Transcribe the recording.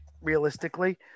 realistically